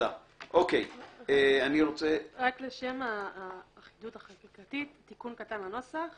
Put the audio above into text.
רק לשם האחידות החקיקתית, תיקון קטן לנוסח